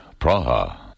Praha